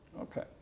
Okay